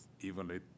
evenly